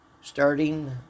starting